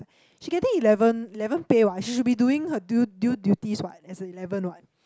she getting eleven eleven pay what she should be doing her due due duties what as an eleven what